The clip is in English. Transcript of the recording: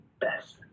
best